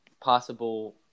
possible